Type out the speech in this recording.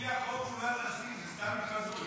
לפי החוק מונה נשיא, זה סתם בשביל התחזות.